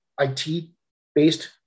IT-based